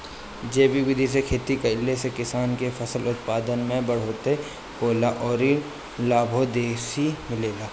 जैविक विधि से खेती कईला से किसान के फसल उत्पादन में बढ़ोतरी होला अउरी लाभो बेसी मिलेला